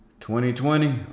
2020